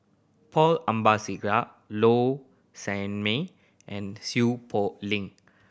Paul Abisheganaden Low Sanmay and Seow Poh Leng